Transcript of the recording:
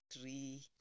tree